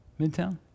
Midtown